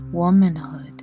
womanhood